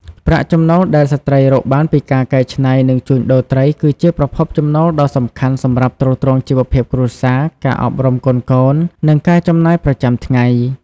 ប្រាក់ចំណូលដែលស្ត្រីរកបានពីការកែច្នៃ និងជួញដូរត្រី គឺជាប្រភពចំណូលដ៏សំខាន់សម្រាប់ទ្រទ្រង់ជីវភាពគ្រួសារ ការអប់រំកូនៗ និងការចំណាយប្រចាំថ្ងៃ។